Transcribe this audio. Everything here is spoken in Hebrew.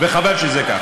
וחבל שזה כך.